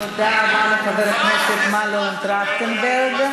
תודה רבה לחבר הכנסת מנואל טרכטנברג.